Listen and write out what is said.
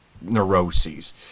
neuroses